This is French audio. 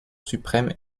suprême